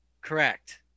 correct